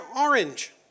orange